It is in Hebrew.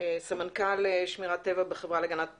סמנכ"ל שמירת טבע בחברה להגנת הטבע.